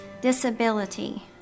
disability